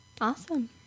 Awesome